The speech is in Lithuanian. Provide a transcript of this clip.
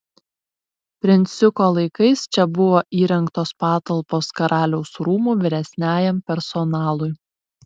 princiuko laikais čia buvo įrengtos patalpos karaliaus rūmų vyresniajam personalui